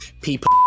people